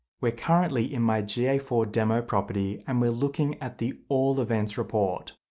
we're currently in my g a four demo property and we're looking at the all events report.